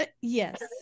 yes